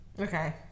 Okay